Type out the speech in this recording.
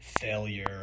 failure